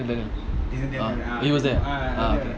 ah dennon dennon ah he was there ah